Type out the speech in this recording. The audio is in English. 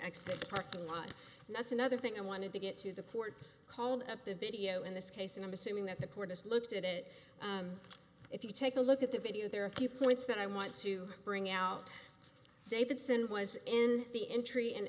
the parking lot and that's another thing i wanted to get to the court called up the video in this case and i'm assuming that the court has looked at it if you take a look at the video there are key points that i want to bring out davidson was in the entry an